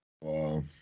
Wow